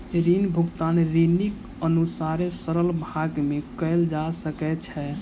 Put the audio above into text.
ऋण भुगतान ऋणीक अनुसारे सरल भाग में कयल जा सकै छै